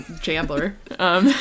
Chandler